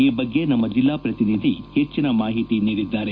ಈ ಬಗ್ಗೆ ನಮ್ಮ ಜೆಲ್ಲಾ ಪ್ರತಿನಿಧಿ ಹೆಚ್ಚಿನ ಮಾಹಿತಿ ನೀಡಿದ್ದಾರೆ